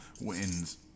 wins